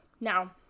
Now